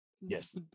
Yes